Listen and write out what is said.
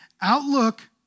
Outlook